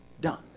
done